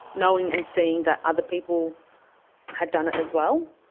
knowing and seeing that other people had done it as well,